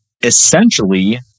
essentially